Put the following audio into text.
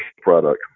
product